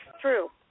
true